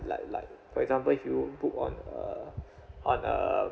like like for example he will put on a on a